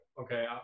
okay